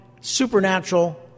supernatural